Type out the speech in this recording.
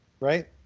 right